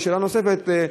בשאלה נוספת,